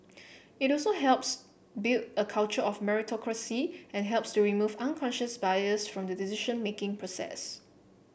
it also helps build a culture of meritocracy and helps to remove unconscious bias from the decision making process